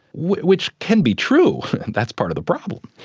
which can be true, that's part of the problem.